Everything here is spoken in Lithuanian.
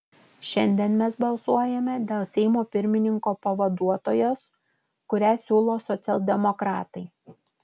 šiandien mes balsuojame dėl seimo pirmininko pavaduotojos kurią siūlo socialdemokratai